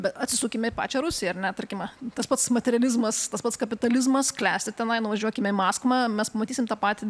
bet atsisukime į pačią rusiją ar ne tarkime tas pats materializmas tas pats kapitalizmas klesti tenai nuvažiuokime į maskvą mes matysim tą patį